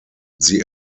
sie